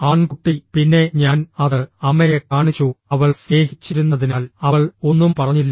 ആൺകുട്ടി പിന്നെ ഞാൻ അത് അമ്മയെ കാണിച്ചു അവൾ സ്നേഹിച്ചിരുന്നതിനാൽ അവൾ ഒന്നും പറഞ്ഞില്ല